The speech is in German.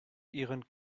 ihren